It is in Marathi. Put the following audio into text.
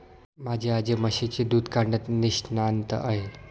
माझी आजी म्हशीचे दूध काढण्यात निष्णात आहे